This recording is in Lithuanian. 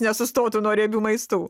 nesustotų nuo riebių maistų